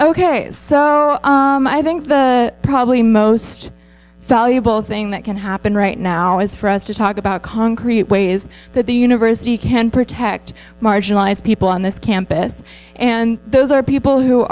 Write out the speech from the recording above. so i think the probably most valuable thing that can happen right now is for us to talk about concrete ways that the university can protect marginalized people on this campus and those are people who